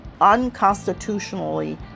unconstitutionally